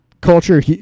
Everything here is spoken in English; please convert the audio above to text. culture